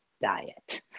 diet